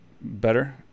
better